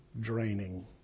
draining